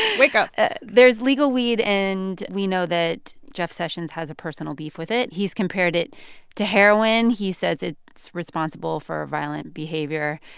wake up there's legal weed, and we know that jeff sessions has a personal beef with it. he's compared it to heroin. he says it's responsible for violent behavior,